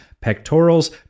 pectorals